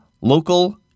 local